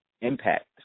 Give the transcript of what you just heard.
impact